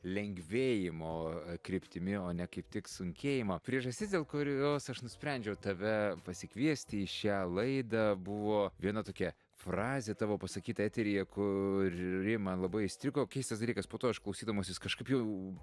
lengvėjimo kryptimi o ne kaip tik sunkėjimo priežastis dėl kurios aš nusprendžiau tave pasikviesti į šią laidą buvo viena tokia frazė tavo pasakyta eteryje kuri man labai įstrigo keistas dalykas po to aš klausydamasis kažkaip jau